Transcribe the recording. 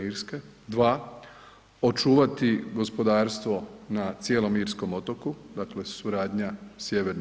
Irske, dva, očuvati gospodarstvo na cijelom irskom otoku, dakle suradnja Sj.